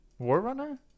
Warrunner